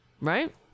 Right